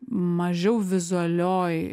mažiau vizualioj